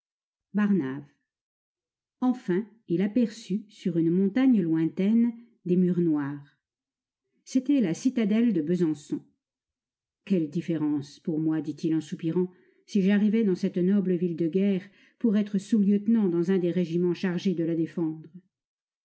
barnave enfin il aperçut sur une montagne lointaine des murs noirs c'était la citadelle de besançon quelle différence pour moi dit-il en soupirant si j'arrivais dans cette noble ville de guerre pour être sous-lieutenant dans un des régiments chargés de la défendre